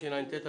התשע"ט 2018,